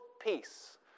peace